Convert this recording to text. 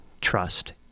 trust